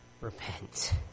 repent